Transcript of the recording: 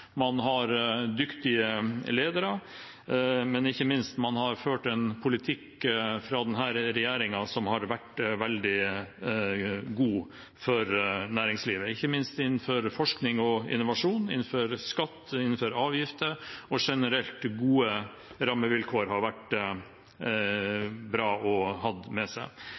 man har dyktige ledere, men ikke minst har denne regjeringen ført en politikk som har vært veldig god for næringslivet, innenfor forskning og innovasjon, innenfor skatt og avgifter, og generelt har gode rammevilkår vært bra å ha med seg.